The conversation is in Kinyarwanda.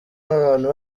abantu